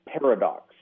paradox